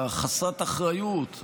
חסרת האחריות,